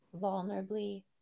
vulnerably